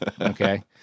okay